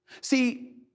See